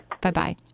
Bye-bye